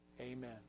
Amen